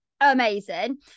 amazing